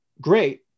Great